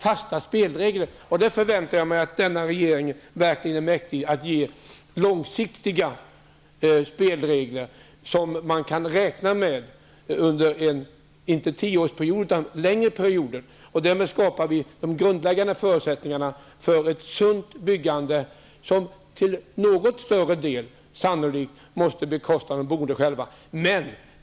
Jag förväntar mig att denna regering verkligen är mäktig att komma med fasta spelregler som också är långsiktiga. De skall vara att räkna med inte bara under en tioårsperiod utan också under längre perioder. Därmed skapar vi grundläggande förutsättningar för ett sunt byggande som till en något större del sannolikt måste bekostas av de boende själva.